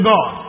God